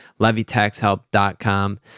levytaxhelp.com